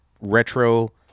retro